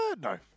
No